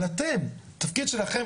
אבל אתם התפקיד שלכם